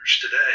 today